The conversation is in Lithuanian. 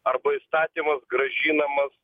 arba įstatymas grąžinamas